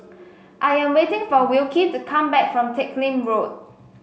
I am waiting for Wilkie to come back from Teck Lim Road